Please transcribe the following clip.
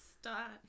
start